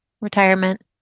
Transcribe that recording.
retirement